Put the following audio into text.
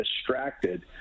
distracted